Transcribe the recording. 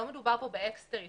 לא מדובר פה באקס טריטוריה.